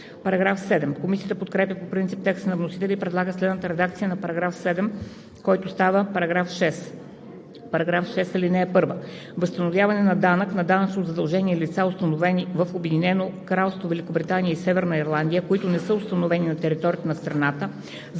по чл. 111.“ Комисията подкрепя по принцип текста на вносителя и предлага следната редакция на § 7, който става § 6: „§ 6. (1) Възстановяване на данък на данъчно задължени лица, установени в Обединено кралство Великобритания и Северна Ирландия, които не са установени на територията на страната,